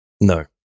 No